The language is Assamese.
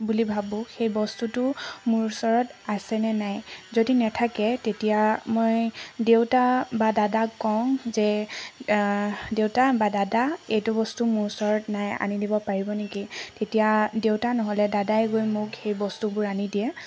বুলি ভাবোঁ সেই বস্তুটো মোৰ ওচৰত আছে নে নাই যদি নাথাকে তেতিয়া মই দেউতা বা দাদাক কওঁ যে দেউতা বা দাদা এইটো বস্তু মোৰ ওচৰত নাই আনি দিব পাৰিব নেকি তেতিয়া দেউতা নহ'লে দাদাই গৈ মোক সেই বস্তুবোৰ আনি দিয়ে